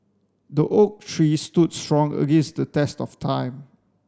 the oak tree stood strong against the test of time